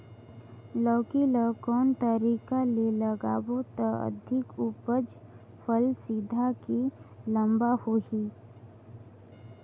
लौकी ल कौन तरीका ले लगाबो त अधिक उपज फल सीधा की लम्बा होही?